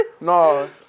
No